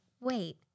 wait